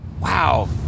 Wow